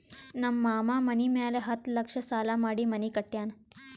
ನಮ್ ಮಾಮಾ ಮನಿ ಮ್ಯಾಲ ಹತ್ತ್ ಲಕ್ಷ ಸಾಲಾ ಮಾಡಿ ಮನಿ ಕಟ್ಯಾನ್